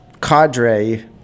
cadre